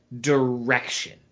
direction